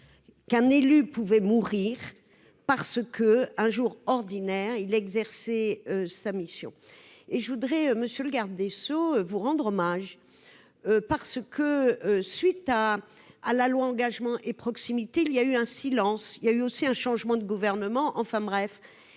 qu'un élu pouvait mourir parce que un jour ordinaire il exercer sa mission et je voudrais monsieur le garde des Sceaux, vous rendre hommage parce que suite à à la loi Engagement et proximité, il y a eu un silence il y a eu aussi un changement de gouvernement, enfin bref